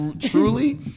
truly